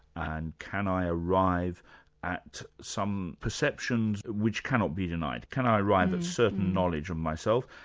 and can i arrive at some perceptions which cannot be denied? can i arrive at certain knowledge of myself?